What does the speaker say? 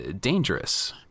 dangerous